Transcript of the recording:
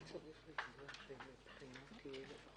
מי בעד, ירים את ידו.